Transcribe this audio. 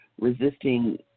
resisting